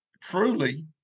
truly